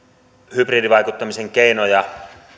hybridivaikuttamisen keinoja